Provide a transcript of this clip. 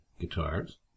Guitars